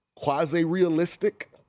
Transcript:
Quasi-realistic